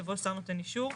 יבוא שר נותן אישור.